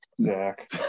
Zach